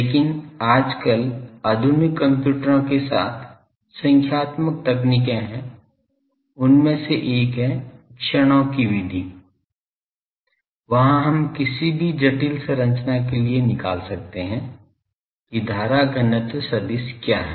लेकिन आजकल आधुनिक कंप्यूटरों के साथ संख्यात्मक तकनीकें हैं उनमें से एक हैं क्षणों की विधि है वहां हम किसी भी जटिल संरचना के लिए निकाल सकते हैं कि धारा घनत्व सदिश क्या है